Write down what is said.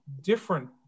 different